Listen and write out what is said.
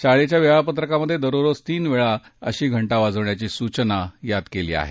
शाळेच्या वेळापत्रकात दररोज तीन वेळा अशी घंटा वाजवण्याची सूचना यात केली आहे